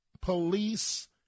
police